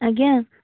ଆଜ୍ଞା